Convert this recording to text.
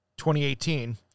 2018